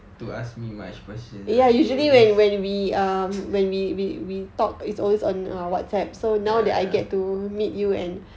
to ask me much questions ya ya